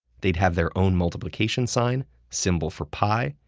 they'd have their own multiplication sign, symbol for pi,